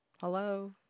Hello